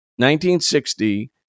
1960